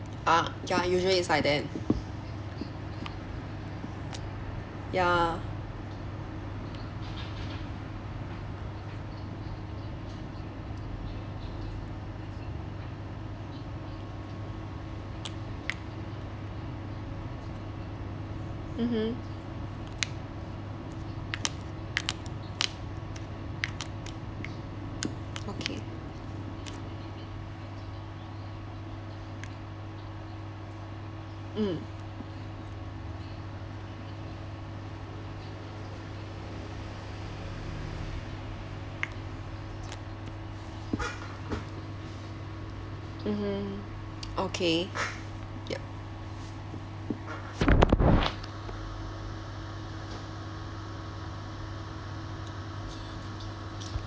ah ya usually is like that ya mmhmm okay mm mmhmm okay ya